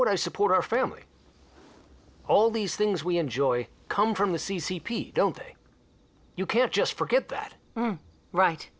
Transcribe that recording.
would i support our family all these things we enjoy come from the c c p don't you can't just forget that right